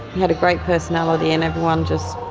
had a great personality and everyone just,